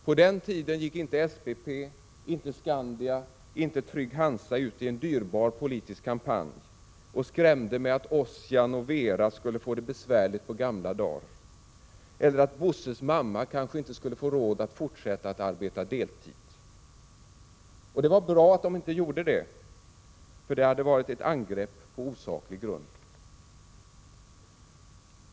På den tiden gick inte SPP, inte Skandia, inte Trygg-Hansa ut i en dyrbar politisk kampanj och skrämde med att Ossian och Vera skulle få det besvärligt på gamla dar, eller att Bosses mamma inte skulle få råd att fortsätta att arbeta deltid. Och det var bra att de inte gjorde det, eftersom det hade varit ett angrepp på osaklig grund.